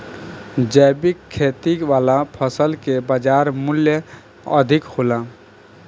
जैविक खेती वाला फसल के बाजार मूल्य अधिक होला